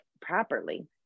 properly